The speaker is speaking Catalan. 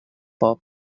poble